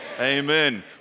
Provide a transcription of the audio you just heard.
Amen